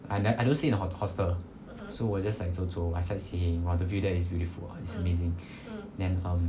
I nev~ I don't stay in the the hostel so we are just like 走走 sightseeing !wah! the view there is beautiful is amazing then um